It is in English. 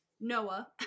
Noah